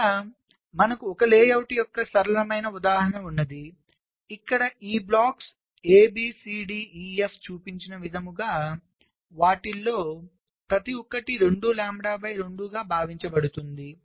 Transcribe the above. ఇక్కడ మనకు ఒక లేఅవుట్ యొక్క సరళమైన ఉదాహరణ ఉంది ఇక్కడ ఈ blocks A B C D E F చూపించిన విధంగా వాటిలో ప్రతి ఒక్కటి 2 లాంబ్డా బై 2 లాంబ్డాగా భావించబడుతుంది